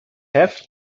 have